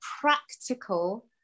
practical